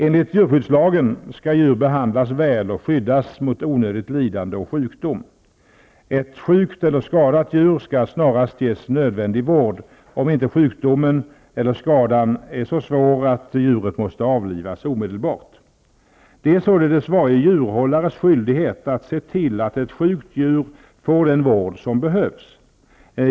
Enligt djurskyddslagen skall djur behandlas väl och skyddas mot onödigt lidande och sjukdom. Ett sjukt eller skadat djur skall snarast ges nödvändig vård, om inte sjukdomen eller skadan är så svår att djuret måste avlivas omedelbart. Det är således varje djurhållares skyldighet att se till att ett sjukt djur får den vård som behövs.